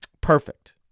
perfect